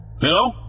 Hello